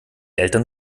eltern